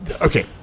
okay